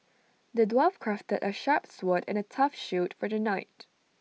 the dwarf crafted A sharp sword and A tough shield for the knight